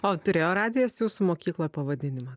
o turėjo radijas jūsų mokykloj pavadinimą